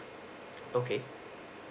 okay